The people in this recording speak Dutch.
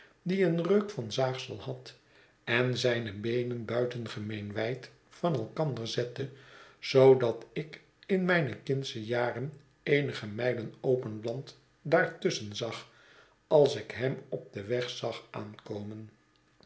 die een reuk van zaagsel had en zijne beenen buitengemeen wijd van elkander zette zoodat ik in mijne kindsche jar en eenige mijlen open land daartusschen zag als ik hem op den weg zag aankomen